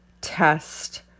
test